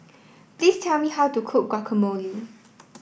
please tell me how to cook Guacamole